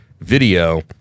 video